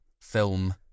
film